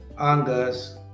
Angus